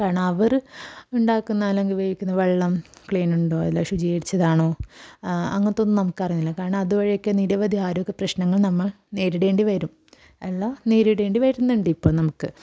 കാരണം അവർ ഉണ്ടാക്കുന്ന അല്ലെങ്കിൽ ഉപയോഗിക്കുന്ന വെള്ളം ക്ലീനുണ്ടോ അല്ലെങ്കിൽ ശുചീകരിച്ചതാണോ അങ്ങനത്തൊന്നും നമുക്കറിയുന്നില്ല കാരണം അതുവഴിയൊക്കെ നിരവധി ആരോഗ്യപ്രശ്നങ്ങൾ നമ്മൾ നേരിടേണ്ടി വരും അല്ല നേരിടേണ്ടി വരുന്നുണ്ട് ഇപ്പോൾ നമുക്ക്